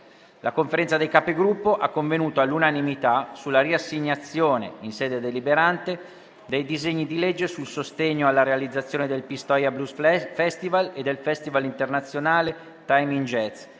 La Conferenza dei Capigruppo ha convenuto all'unanimità sulla riassegnazione in sede deliberante dei disegni di legge sul sostegno alla realizzazione del Pistoia blues festival e del festival internazionale Time in jazz,